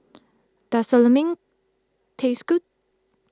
does Lemang taste good